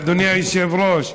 אדוני היושב-ראש,